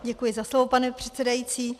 Děkuji za slovo, pane předsedající.